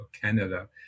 Canada